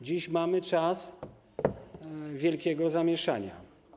Dziś mamy czas wielkiego zamieszania.